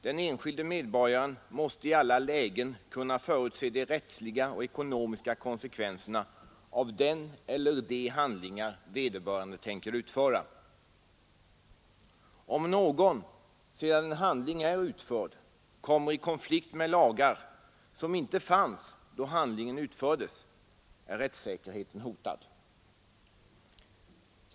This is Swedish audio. Den enskilde medborgaren måste i alla lägen kunna förutse de rättsliga och ekonomiska konsekvenserna av den eller de handlingar vederbörande tänker utföra. Om någon, sedan en handling är utförd, kommer i konflikt med lagar som inte fanns då handlingen utfördes är rättssäkerheten hotad.